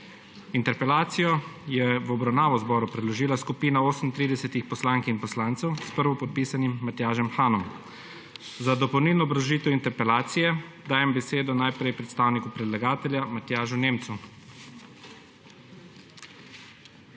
Interpelacijo je v obravnavo Državnemu zboru predložila skupina 38 poslank in poslancev s prvopodpisanim Matjažem Hanom. Za dopolnilno obrazložitev interpelacije dajem besedo najprej predstavniku predlagatelja Matjažu Nemcu.